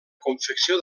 confecció